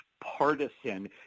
partisan